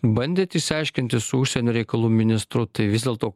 bandėt išsiaiškinti su užsienio reikalų ministru tai vis dėlto